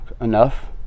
enough